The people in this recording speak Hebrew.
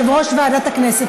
יושב-ראש ועדת הכנסת,